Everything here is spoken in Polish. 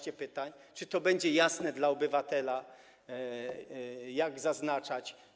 Czy to będzie jasne dla obywatela, jak zaznaczać?